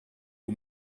aux